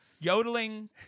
yodeling